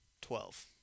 Twelve